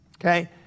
Okay